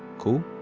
cool?